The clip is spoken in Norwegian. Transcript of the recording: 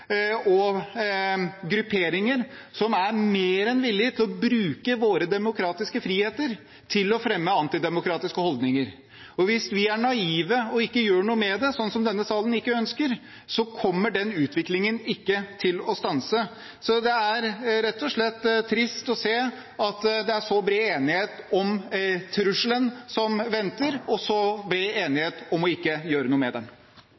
og grupperinger som er mer enn villige til å bruke våre demokratiske friheter til å fremme antidemokratiske holdninger. Hvis vi er naive og ikke gjør noe med det – noe denne salen ikke ønsker – kommer ikke den utviklingen til å stanse. Det er rett og slett trist å se at det er så bred enighet om trusselen som venter, og så bred enighet om ikke å gjøre noe med